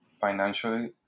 financially